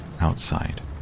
outside